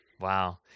Wow